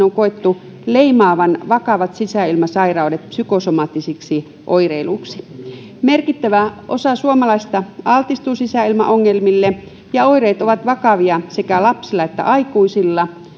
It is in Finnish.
on koettu leimaavan vakavat sisäilmasairaudet psykosomaattisiksi oireiluiksi merkittävä osa suomalaisista altistuu sisäilmaongelmille ja oireet ovat vakavia sekä lapsilla että aikuisilla